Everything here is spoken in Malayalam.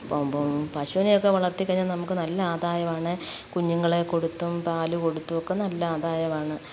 അപ്പോൾ ആവുമ്പം പശുവിനെ ഒക്കെ വളർത്തി കഴിഞ്ഞാൽ നമുക്ക് നല്ല ആദായമാണ് കുഞ്ഞുങ്ങളെ കൊടുത്തും പാൽ കൊടുത്തും ഒക്കെ നല്ല ആദായമാണ്